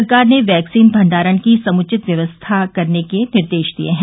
सरकार ने वैक्सीन भंडारण की समुचित व्यवस्था करने के निर्देश दिये हैं